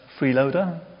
freeloader